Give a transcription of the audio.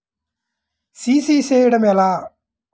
CC చేయడము ఎలా?